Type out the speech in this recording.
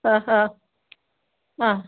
ആ ആ ആ